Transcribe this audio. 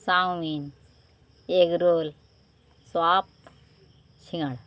chowmein egg roll chop singara